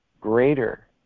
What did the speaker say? greater